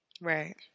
Right